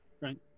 right